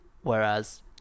Whereas